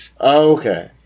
Okay